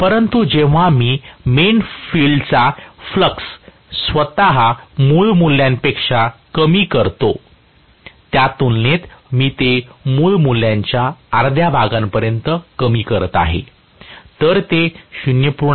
परंतु जेव्हा मी मेन फील्डचा फ्लक्स स्वतः मूळ मूल्यांपेक्षा कमी करतो त्या तुलनेत मी ते मूळ मूल्याच्या अर्ध्या भागापर्यंत कमी करीत आहे तर ते 0